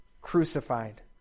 crucified